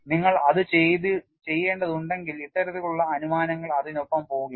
നിങ്ങൾ അത് ചെയ്യേണ്ടതുണ്ടെങ്കിൽ ഇത്തരത്തിലുള്ള അനുമാനങ്ങൾ അതിനൊപ്പം പോകില്ല